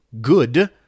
Good